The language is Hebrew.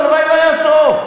הלוואי שהיה סוף.